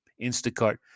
Instacart